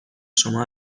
شما